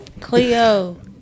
Cleo